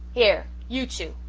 here, you two,